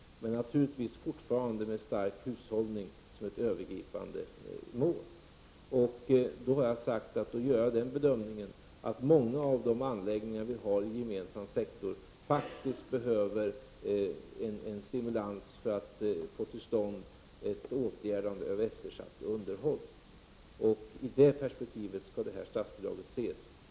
Men naturligtvis är fortfarande en stark hushållning ett övergripande mål. Jag gör den bedömningen att många av de anläggningar som vi har inom den gemensamma sektorn behöver en stimulans, för att man skall börja åtgärda ett eftersatt underhåll. Det är i detta perspektiv som ett statsbidrag skall ses.